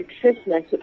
Christmas